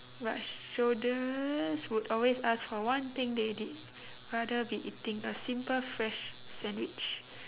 but soldiers would always asking for one thing they did rather be eating a simple fresh sandwich